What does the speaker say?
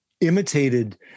imitated